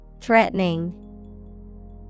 Threatening